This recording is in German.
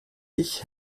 ich